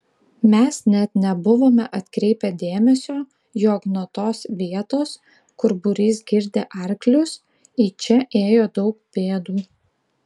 mes net nebuvome atkreipę dėmesio jog nuo tos vietos kur būrys girdė arklius į čia ėjo daug pėdų